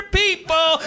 people